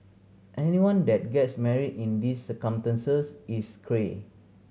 anyone that gets married in these circumstances is cray